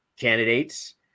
candidates